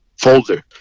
folder